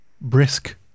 brisk